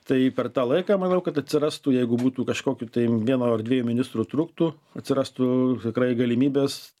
tai per tą laiką manau kad atsirastų jeigu būtų kažkokių tai vieno ar dviejų ministrų trūktų atsirastų tikrai galimybės